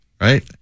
right